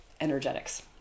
energetics